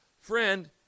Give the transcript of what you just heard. Friend